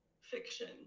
fiction